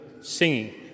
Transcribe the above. singing